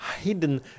hidden